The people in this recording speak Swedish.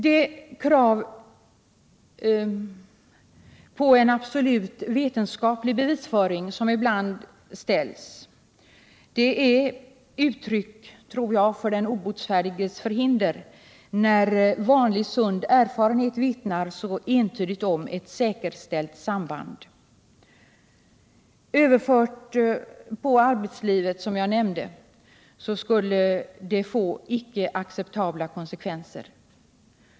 Det krav på en absolut vetenskaplig bevisföring som ibland ställs tror jag är ett uttryck för den obotfärdiges förhinder, när vanlig sund erfarenhet vittnar så entydigt om ett säkerställt samband. Överfört på arbetslivet skulle det, som jag nämnde, få icke acceptabla konsekvenser.